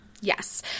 Yes